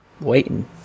Waiting